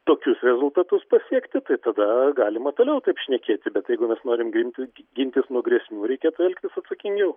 tokius rezultatus pasiekti tai tada galima toliau taip šnekėti bet jeigu mes norim ginti gintis nuo grėsmių reikėtų elgtis atsakingiau